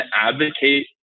advocate